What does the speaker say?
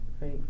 right